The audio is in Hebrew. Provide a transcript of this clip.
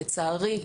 לצערי,